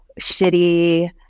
shitty